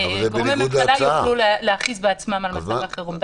גורמי ממשלה יוכלו להכריז בעצמם על מצב החירום.